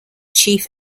chief